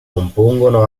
compongono